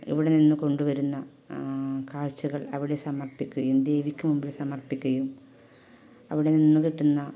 ഇവിടെ നിന്ന് കൊണ്ടുവരുന്ന കാഴ്ച്ചകൾ അവിടെ സമർപ്പിക്കുകയും ദേവിക്ക് മുമ്പിൽ സമർപ്പിക്കയും അവിടെ നിന്നു കിട്ടുന്ന